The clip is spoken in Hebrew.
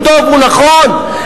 הוא טוב, הוא נכון.